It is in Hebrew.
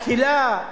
הקהילה,